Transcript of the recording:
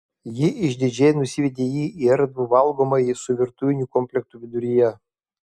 ji išdidžiai nusivedė jį į erdvų valgomąjį su virtuviniu komplektu viduryje